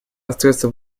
остается